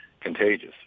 contagious